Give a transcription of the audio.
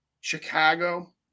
Chicago